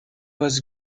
was